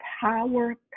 power